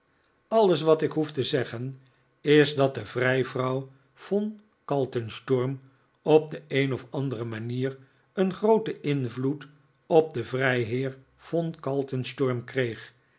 alles wat nikolaas nickleby ik hoef te zeggen is dat de vrijvrouw von kaltensturm op de een of andere manier een grooten invloed op den vrijheer von kaltensturm kreeg